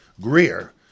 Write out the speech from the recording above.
Greer